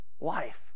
life